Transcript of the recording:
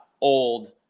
old